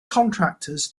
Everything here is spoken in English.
contractors